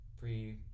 pre